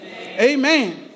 Amen